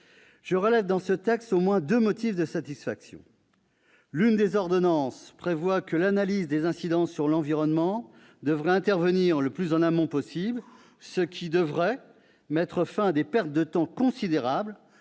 Je relève dans ce texte au moins deux motifs de satisfaction. L'une des ordonnances prévoit que l'analyse des incidences sur l'environnement devrait intervenir le plus en amont possible, ce qui devrait mettre fin aux pertes de temps considérables